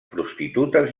prostitutes